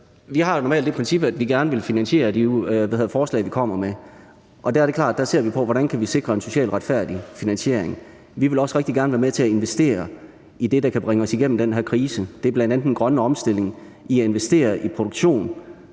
Vi har jo normalt det princip, at vi gerne vil finansiere de forslag, vi kommer med, og der er det klart at vi ser på, hvordan vi kan sikre en socialt retfærdig finansiering. Vi vil også rigtig gerne være med til at investere i det, der kan bringe os igennem den her krise. Det er bl.a. den grønne omstilling, altså at investere i en produktion,